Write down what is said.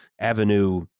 Avenue